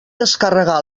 descarregar